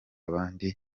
abandi